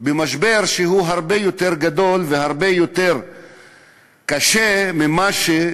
במשבר שהוא הרבה יותר גדול והרבה יותר קשה מאשר